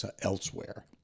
elsewhere